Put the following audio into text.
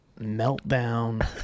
meltdown